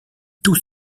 tout